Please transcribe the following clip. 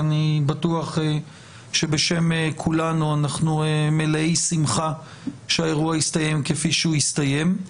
ואני בטוח שבשם כולנו אנחנו מלאי שמחה שהאירוע הסתיים כפי שהוא הסתיים.